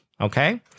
Okay